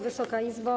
Wysoka Izbo!